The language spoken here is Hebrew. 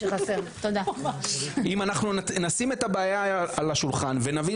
אם אנחנו נשים את הבעיה על השולחן ונבין